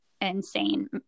insane